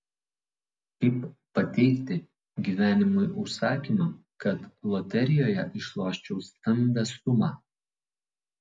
kaip pateikti gyvenimui užsakymą kad loterijoje išloščiau stambią sumą